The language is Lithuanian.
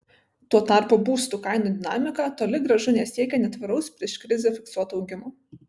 tuo tarpu būsto kainų dinamika toli gražu nesiekia netvaraus prieš krizę fiksuoto augimo